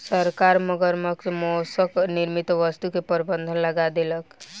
सरकार मगरक मौसक निर्मित वस्तु के प्रबंध लगा देलक